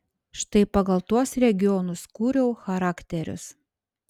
štai pagal tuos regionus kūriau charakterius